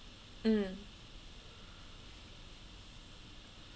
mm